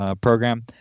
program